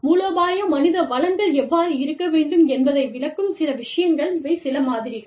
மூலோபாய மனித வளங்கள் எவ்வாறு இருக்க வேண்டும் என்பதை விளக்கும் சில விஷயங்கள் இவை சில மாதிரிகள்